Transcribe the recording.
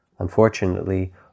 Unfortunately